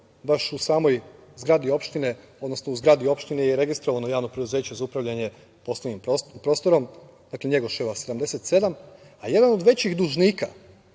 baš u samoj zgradi opštine, odnosno u zgradi opštine je registrovano javno preduzeće za upravljanje poslovnim prostorom, dakle Njegoševa 77, a jedan od većih dužnika